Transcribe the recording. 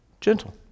gentle